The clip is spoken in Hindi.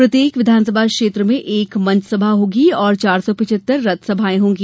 प्रत्येक विधानसभा क्षेत्र में एक मंच सभा होगी और चार सौ पिचहत्तर रथ सभाएं होंगी